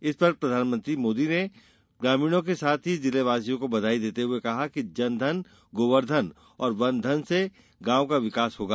इस पर पीएम मोदी ने ग्रामीणों के साथ ही जिलेवासियों को बधाई देते हुए कहा कि जन धन गोवर्धन और वन धन से गांवों का विकास होगा